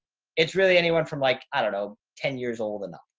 it's really anyone from like, i don't know, ten years old enough.